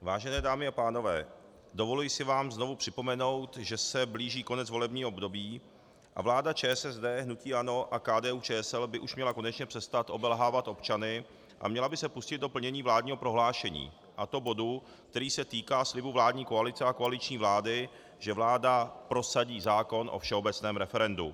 Vážené dámy a pánové, dovoluji si vám znovu připomenout, že se blíží konec volebního období a vláda ČSSD, hnutí ANO a KDUČSL by už měla konečně přestat obelhávat občany a měla by se pustit do plnění vládního prohlášení, a to bodu, který se týká slibu vládní koalice a koaliční vlády, že vláda prosadí zákon o všeobecném referendu.